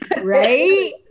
Right